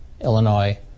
Illinois